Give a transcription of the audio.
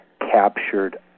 captured